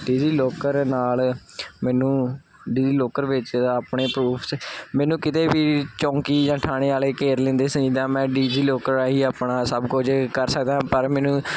Digi locker ਨਾਲ ਮੈਨੂੰ DigiLocker ਵਿੱਚ ਆਪਣੇ ਪ੍ਰੂਫ ਮੈਨੂੰ ਕਿਤੇ ਵੀ ਚੌਕੀ ਜਾਂ ਥਾਣੇ ਵਾਲੇ ਘੇਰ ਲੈਂਦੇ ਸਹੀ ਤਾਂ ਮੈਂ ਡੀਜ਼ੀ ਲੋਕਰ ਰਾਹੀਂ ਆਪਣਾ ਸਭ ਕੁਝ ਕਰ ਸਕਦਾ ਪਰ ਮੈਨੂੰ